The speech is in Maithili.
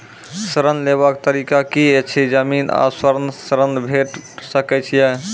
ऋण लेवाक तरीका की ऐछि? जमीन आ स्वर्ण ऋण भेट सकै ये?